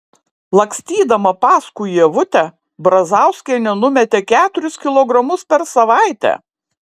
lakstydama paskui ievutę brazauskienė numetė keturis kilogramus per savaitę